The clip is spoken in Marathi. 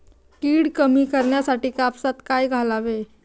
कीड कमी करण्यासाठी कापसात काय घालावे?